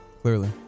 Clearly